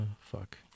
Fuck